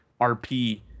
RP